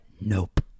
Nope